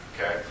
Okay